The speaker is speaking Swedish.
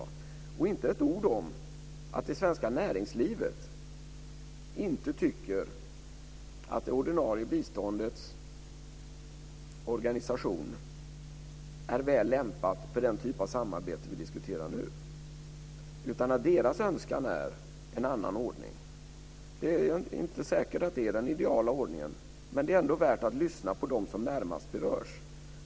Det är inte heller ett ord om att det svenska näringslivet inte tycker att det ordinarie biståndets organisation är väl lämpad för den typ av samarbete vi diskuterar nu utan att deras önskan är en annan ordning. Det är inte säkert att det är den ideala ordningen, men det är ändå värt att lyssna på dem som närmast berörs.